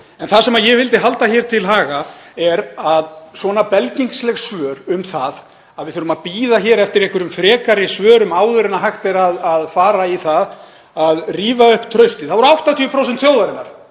En það sem ég vildi halda til haga er að svona belgingsleg svör um það að við þurfum að bíða eftir einhverjum frekari svörum áður en hægt er að fara í það að rífa upp traustið — það voru 80% þjóðarinnar